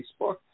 Facebook